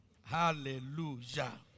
Hallelujah